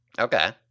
Okay